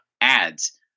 ads